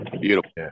Beautiful